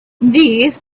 these